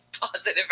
positive